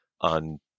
on